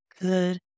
good